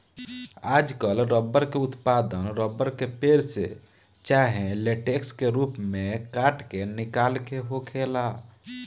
आजकल रबर के उत्पादन रबर के पेड़, से चाहे लेटेक्स के रूप में काट के निकाल के होखेला